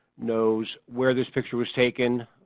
knows where this picture was taken,